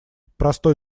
простой